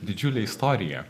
didžiulę istoriją